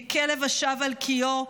ככלב השב על קיאו,